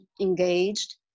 engaged